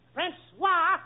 Francois